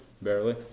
Barely